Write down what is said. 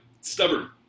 stubborn